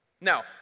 Now